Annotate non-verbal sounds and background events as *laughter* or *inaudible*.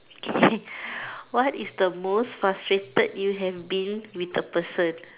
okay *breath* what is the most frustrated you have been with a person